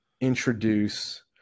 introduce